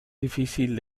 difícil